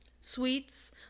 sweets